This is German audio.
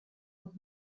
und